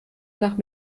nach